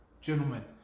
gentlemen